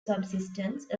subsistence